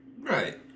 Right